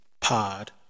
Pod